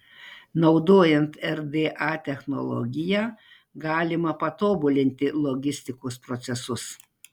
naudojant rda technologiją galima patobulinti logistikos procesus